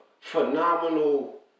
phenomenal